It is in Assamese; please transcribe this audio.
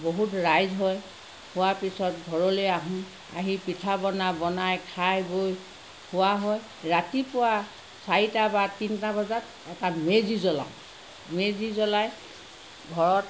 বহুত ৰাইজ হয় খোৱাৰ পিছত ঘৰলৈ আহোঁ আহি পিঠা বনাওঁ বনাই খাই বৈ শোৱা হয় ৰাতিপুৱা চাৰিটা বা তিনিটা বজাত তাত মেজি জ্বলাওঁ মেজি জ্বলাই ঘৰত